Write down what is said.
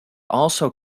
also